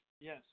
Yes